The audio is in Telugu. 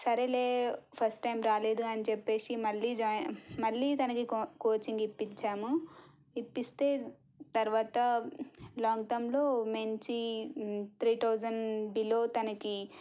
సరేలే ఫస్ట్ టైం రాలేదు అని చెప్పేసి మళ్ళీ జా మళ్ళీ తనకి కోచింగ్ ఇప్పించాము ఇప్పిస్తే తరువాత లాంగ్టర్మ్లో మంచి త్రీ థౌజండ్ బిలో తనకి